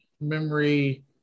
memory